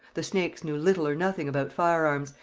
the snakes knew little or nothing about firearms,